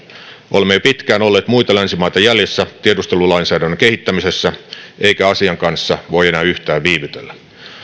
olemme jo pitkään olleet muita länsimaita jäljessä tiedustelulainsäädännön kehittämisessä eikä asian kanssa voi enää yhtään viivytellä